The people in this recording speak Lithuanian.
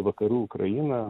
vakarų ukrainą